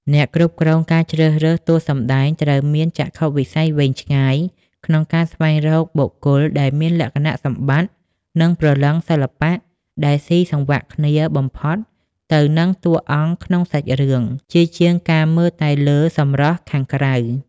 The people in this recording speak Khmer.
អ្នកគ្រប់គ្រងការជ្រើសរើសតួសម្ដែងត្រូវមានចក្ខុវិស័យវែងឆ្ងាយក្នុងការស្វែងរកបុគ្គលដែលមានលក្ខណៈសម្បត្តិ និងព្រលឹងសិល្បៈដែលស៊ីសង្វាក់គ្នាបំផុតទៅនឹងតួអង្គក្នុងសាច់រឿង ជាជាងការមើលតែលើសម្រស់ខាងក្រៅ។